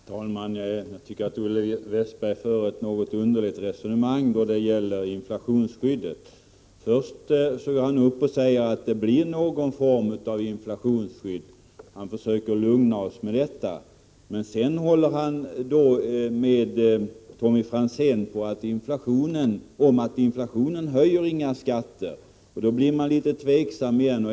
Herr talman! Jag tycker att Olle Westberg för ett något underligt resonemang om inflationsskyddet. Först säger han att det blir någon form av inflationsskydd — han försöker lugna oss med detta — men sedan håller han med Tommy Franzén om att inflationen höjer inga skatter. Då blir man litet tveksam igen.